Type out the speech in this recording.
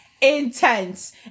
intense